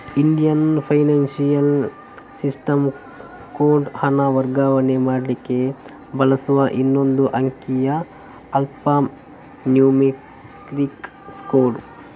Indian financial system code ಹಣ ವರ್ಗಾವಣೆ ಮಾಡ್ಲಿಕ್ಕೆ ಬಳಸುವ ಹನ್ನೊಂದು ಅಂಕಿಯ ಆಲ್ಫಾ ನ್ಯೂಮರಿಕ್ ಕೋಡ್